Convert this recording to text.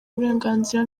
uburenganzira